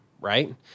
right